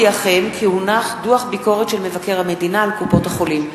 דוח ביקורת של מבקר המדינה על קופות-החולים.